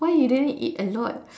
why he didn't eat a lot